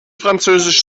französisch